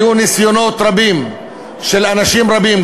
בשנים האחרונות היו ניסיונות רבים כלפי אנשים רבים,